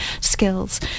skills